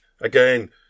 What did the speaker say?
again